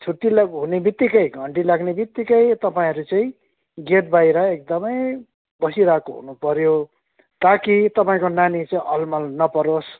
छट्टीलाई हुने बित्तिकै घन्टी लाग्ने बित्तिकै तपाईँहरू चाहिँ गेटबाहिर एकदमै बसिरहेको हुनुपऱ्यो ताकि तपाईँको नानी चाहिँ अलमल नपरोस्